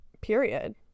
period